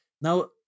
Now